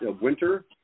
winter